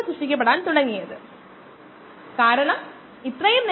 അതിനാൽ കോശങ്ങളുടെ ഉത്പാദന നിരക്ക് 0 ആണ്